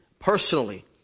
personally